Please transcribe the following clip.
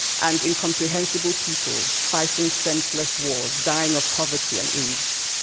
and incomprehensible people, fighting senseless wars, dying of poverty and aids,